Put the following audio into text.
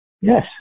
Yes